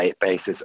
basis